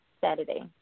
Saturday